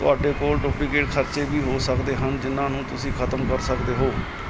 ਤੁਹਾਡੇ ਕੋਲ ਡੁਪਲੀਕੇਟ ਖਰਚੇ ਵੀ ਹੋ ਸਕਦੇ ਹਨ ਜਿਨ੍ਹਾਂ ਨੂੰ ਤੁਸੀਂ ਖ਼ਤਮ ਕਰ ਸਕਦੇ ਹੋ